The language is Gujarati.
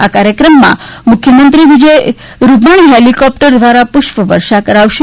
આ કાર્યક્રમમાં મુખ્યમંત્રી વિજય રૂપાણી હેલીકોપ્ટર દ્વારા પુષ્પવર્ષા કરાવશે